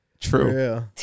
True